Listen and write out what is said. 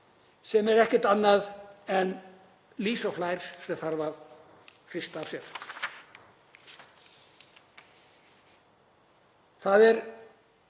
sem eru ekkert annað en lýs og flær sem þarf að hrista af sér.